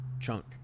chunk